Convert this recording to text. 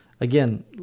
again